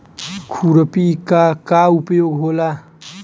खुरपी का का उपयोग होला?